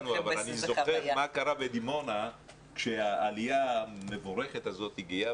אבל אני זוכר מה קרה בדימונה כשהעלייה המבורכת הזאת הגיעה